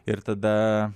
ir tada